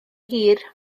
hir